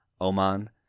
oman